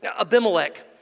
Abimelech